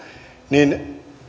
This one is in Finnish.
niin